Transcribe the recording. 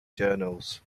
journals